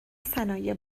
صنایع